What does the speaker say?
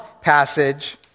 passage